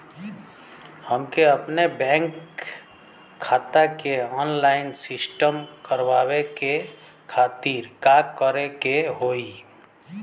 हमके अपने बैंक खाता के ऑनलाइन सिस्टम करवावे के खातिर का करे के होई?